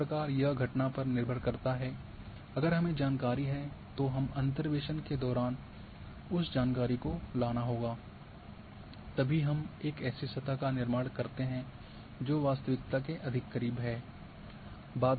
इस प्रकार यह घटना पर निर्भर करता है अगर हमें जानकारी है तो हमें अंतर्वेसन के दौरान उस जानकारी को लाना होगा तभी आप एक ऐसी सतह का निर्माण करते हैं जो वास्तविकता के अधिक करीब है